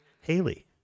Haley